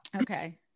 Okay